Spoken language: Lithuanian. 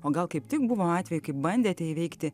o gal kaip tik buvo atvejų kai bandėte įveikti